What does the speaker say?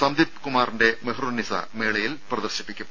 സന്ദീപ് കുമാറിന്റെ മെഹറുന്നീസ മേളയിൽ പ്രദർശിപ്പിക്കും